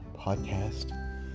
podcast